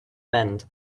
mend